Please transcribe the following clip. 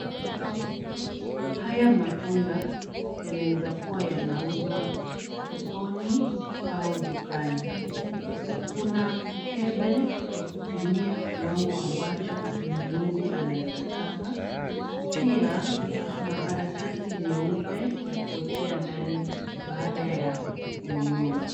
Haya matunda yanaweza kuwa yanauzwa sokoni au dukani. Kuna mkebe wa kupimia kiwango ambacho mnunuzi anaweza taka. Pia, makaratasi nyeupe ya kuwekea ndani baada ya kununua.